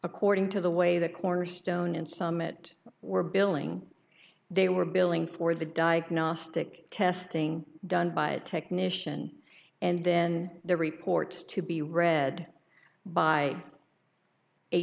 according to the way the cornerstone and some it were billing they were billing for the diagnostic testing done by a technician and then the reports to be read by a